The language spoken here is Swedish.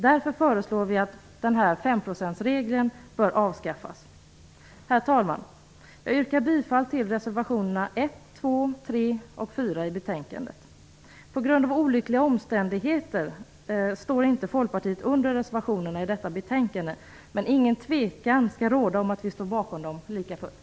Därför föreslår vi att femprocentsregeln avskaffas. Herr talman! Jag yrkar bifall till reservation 4. På grund av olyckliga omständigheter står inte Folkpartiet med under reservationerna i detta betänkande. Ingen tvekan skall dock råda om att vi står bakom dem likafullt.